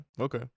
Okay